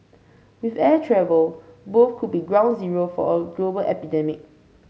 with air travel both could be ground zero for a global epidemic